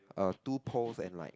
uh two poles and like